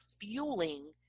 fueling